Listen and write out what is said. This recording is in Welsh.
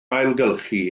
ailgylchu